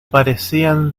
parecían